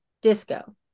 disco